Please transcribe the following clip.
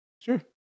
Sure